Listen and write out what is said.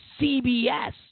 CBS